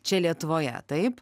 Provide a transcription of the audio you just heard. čia lietuvoje taip